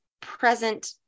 present